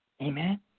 Amen